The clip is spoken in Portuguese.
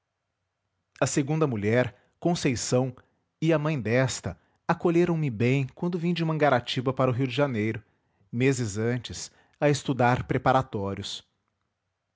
a segunda mulher conceição e a mãe desta acolheram me bem quando vim de mangaratiba para o rio de janeiro meses antes a estudar preparatórios